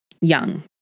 young